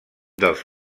dels